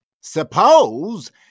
Suppose